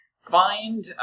find